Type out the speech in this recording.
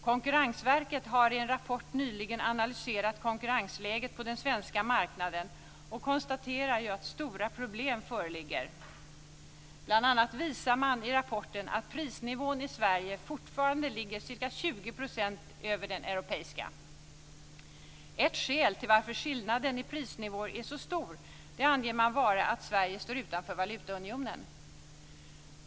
Konkurrensverket har i en rapport nyligen analyserat konkurrensläget på den svenska marknaden och konstaterar att stora problem föreligger. Bl.a. visar man i rapporten att prisnivån i Sverige fortfarande ligger ca 20 % över den europeiska. Ett skäl till att skillnaden i prisnivåer är så stor anger man vara att Sverige står utanför valutaunionen.